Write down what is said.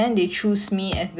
S_Y_F